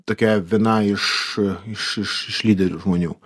tokia viena iš iš iš iš lyderių žmonių